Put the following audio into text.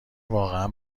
واقعا